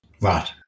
Right